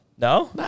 No